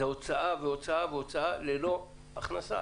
זה הוצאה והוצאה, ללא הכנסה.